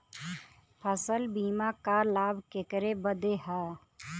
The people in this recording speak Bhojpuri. फसल बीमा क लाभ केकरे बदे ह?